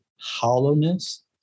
hollowness